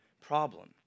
problem